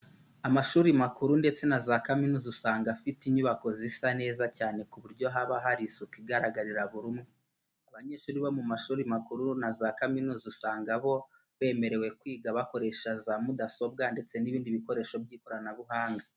Amashuri makuru ndetse na za kaminuza usanga aba afite inyubako zisa neza cyane ku buryo haba hari isuku igaragarira buri umwe. Abanyeshuri bo mu mashuri makuru na za kaminuza usanga bo bemerewe kwiga bakoresheje za mudasobwa ndetse n'ibindi bikoresho by'ikoranabuhanga.